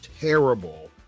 terrible